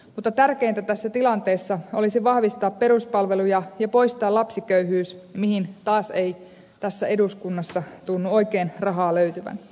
mutta tärkeintä tässä tilanteessa olisi vahvistaa peruspalveluja ja poistaa lapsiköyhyys mihin taas ei tässä eduskunnassa tunnu oikein rahaa löytyvän